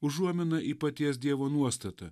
užuomina į paties dievo nuostatą